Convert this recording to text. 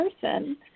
person